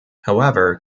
however